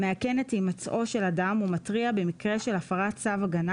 המאכן את הימצאו של אדם ומתריע במקרה של הפרת צו הגנה